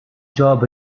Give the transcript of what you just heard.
job